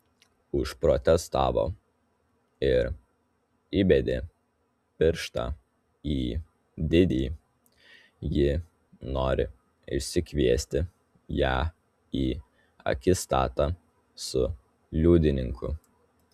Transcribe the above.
užprotestavo ir įbedė pirštą į didi ji nori išsikviesti ją į akistatą su liudininku